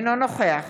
אינו נוכח